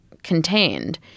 Contained